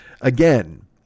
again